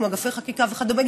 כמו אגפי חקיקה וכדומה.